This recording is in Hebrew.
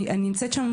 אני נמצאת שם,